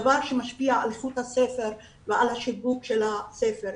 דבר שמשפיע על איכות הספר ועל השיווק של הספר.